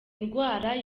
ndwara